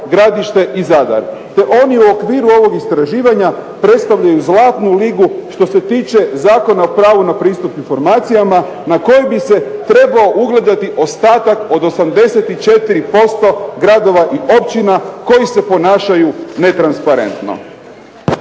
Gradište i Zadar te oni u okviru ovog istraživanja predstavljaju zlatnu ligu što se tiče Zakona o pravu na pristup informacijama na koje bi se trebao ugledati ostatak od 84% gradova i općina koji se ponašaju netransparentno.